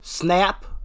snap